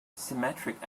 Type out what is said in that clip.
symmetric